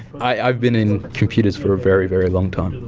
i've been in computers for a very, very long time.